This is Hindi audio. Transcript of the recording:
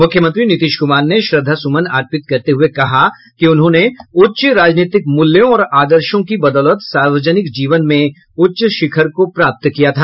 मुख्यमंत्री नीतीश कुमार ने श्रद्धा सुमन अर्पित करते हुये कहा कि उन्होंने उच्च राजनीतिक मूल्यों और आदर्शो की बदौलत सार्वजनिक जीवन में उच्च शिखर को प्राप्त किया था